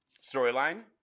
storyline